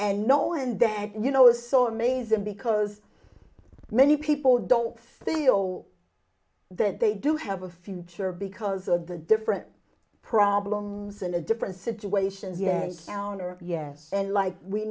and no and that you know is so amazing because many people don't feel that they do have a future because of the different problems in a different situations yes downer yes and like we